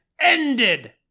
ended